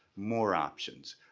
more options.